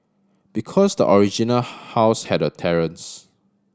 because the original house had a terrace